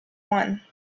one